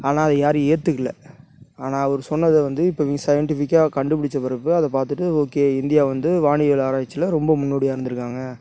ஆனால் அதை யாரும் ஏத்துக்கல ஆனால் அவரு சொன்னதை வந்து சயின்டிஃபிக்காக கண்டுபிடிச்ச பிறகு அதை பார்த்துட்டு ஓகே இந்தியா வந்து வானியல் ஆராய்ச்சியில் ரொம்ப முன்னோடியாக இருந்திருக்காங்க